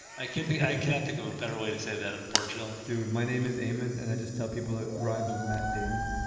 i can't i can't think of a better way to say that, unfortunately. dude, my name is aimen and i just tell people it rhymes with matt damon